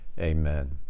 amen